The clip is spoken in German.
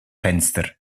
fenster